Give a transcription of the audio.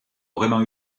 vraiment